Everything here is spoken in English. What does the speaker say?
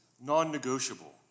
non-negotiable